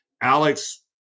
Alex